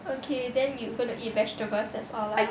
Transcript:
okay then you gonna eat vegetables that's all lah